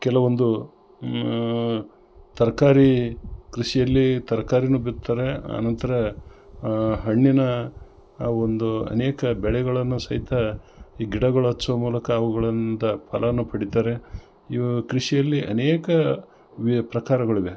ಕೆಲವೊಂದು ತರ್ಕಾರಿ ಕೃಷಿಯಲ್ಲಿ ತರಕಾರಿನು ಬಿತ್ತಾರೆ ಆನಂತರ ಹಣ್ಣಿನ ಆ ಒಂದು ಅನೇಕ ಬೆಳೆಗಳನ್ನು ಸಹಿತ ಈ ಗಿಡಗಳು ಹಚ್ಚೋ ಮೂಲಕ ಅವುಗಳಂದ ಫಲನು ಪಡೀತಾರೆ ಇವು ಕೃಷಿಯಲ್ಲಿ ಅನೇಕ ವಿ ಪ್ರಕಾರಗಳಿವೆ